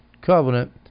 Covenant